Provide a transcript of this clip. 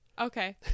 Okay